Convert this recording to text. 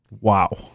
Wow